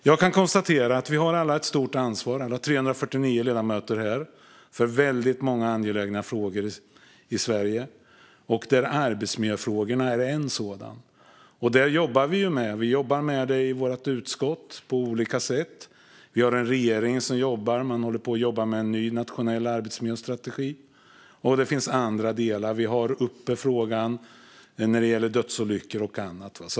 Jag kan konstatera att vi alla har ett stort ansvar, alla 349 ledamöter här, för många angelägna frågor i Sverige. Arbetsmiljöfrågorna är en sådan, och den jobbar vi med. Vi jobbar i vårt utskott på olika sätt. Regeringen jobbar med en ny nationell arbetslivsstrategi, och det finns andra delar. Vi har frågan uppe när det gäller dödsolyckor och annat.